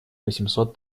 восемьсот